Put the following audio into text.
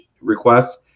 requests